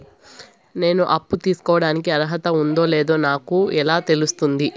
నేను అప్పు తీసుకోడానికి అర్హత ఉందో లేదో నాకు ఎలా తెలుస్తుంది?